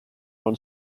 own